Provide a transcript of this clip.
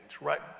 Right